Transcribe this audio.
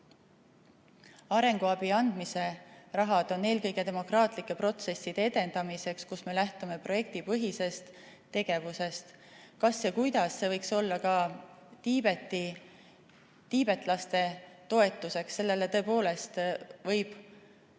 Arenguabi andmise rahad on eelkõige demokraatlike protsesside edendamiseks ja me lähtume seejuures projektipõhisest tegevusest. Kas ja kuidas see võiks olla ka tiibetlaste toetuseks? Seda küsimust on võimalik